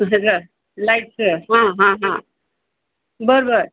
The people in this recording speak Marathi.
बरं लाईटचं हां हां हां बरं बरं